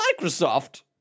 Microsoft